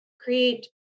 create